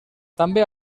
també